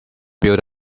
built